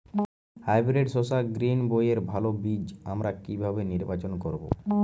Hybrid শসা গ্রীনবইয়ের ভালো বীজ আমরা কিভাবে নির্বাচন করব?